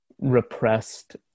repressed